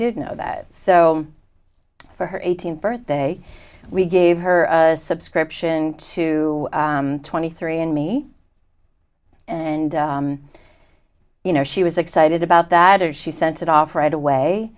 did know that so for her eighteenth birthday we gave her a subscription to twenty three and me and you know she was excited about that and she sent it off right away